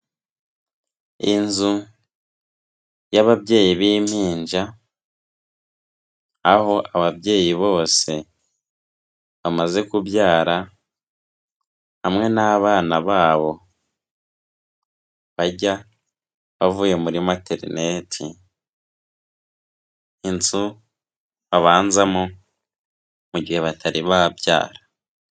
Inzu y'ababyeyi b'impinja, aho ababyeyi bose bamaze kubyara hamwe n'abana babo, bajya bavuye muri materineti, inzu babanzamo mu gihe batari babyara.